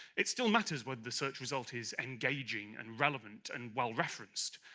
it still matters whether search result is engaging and relevant and well-referenced,